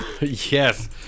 Yes